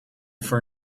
for